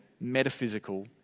metaphysical